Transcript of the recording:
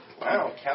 Wow